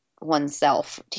oneself